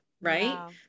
Right